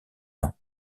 ain